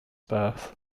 birth